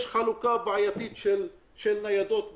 יש חלוקה בעייתית של ניידות בארץ,